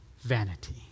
vanity